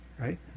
right